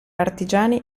artigiani